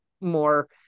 more